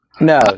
No